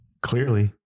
Clearly